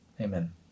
Amen